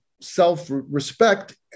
self-respect